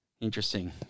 interesting